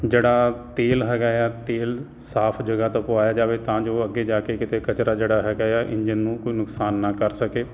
ਜਿਹੜਾ ਤੇਲ ਹੈਗਾ ਆ ਤੇਲ ਸਾਫ ਜਗ੍ਹਾ ਤੋਂ ਪਵਾਇਆ ਜਾਵੇ ਤਾਂ ਜੋ ਅੱਗੇ ਜਾ ਕੇ ਕਿਤੇ ਕਚਰਾ ਜਿਹੜਾ ਹੈਗਾ ਆ ਇੰਜਨ ਨੂੰ ਕੋਈ ਨੁਕਸਾਨ ਨਾ ਕਰ ਸਕੇ